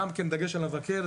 דגש של המבקר,